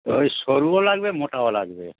ওই সরুও লাগবে মোটাও লাগবে